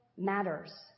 matters